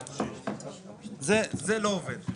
המאבק שניהלנו כאן במשך מספר דיונים,